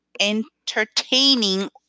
entertaining